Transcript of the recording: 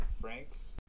Franks